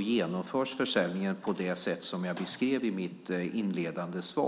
genomförs försäljningen på det sätt som jag beskrev i mitt inledande svar.